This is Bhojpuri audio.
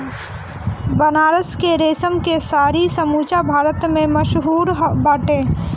बनारस के रेशम के साड़ी समूचा भारत में मशहूर बाटे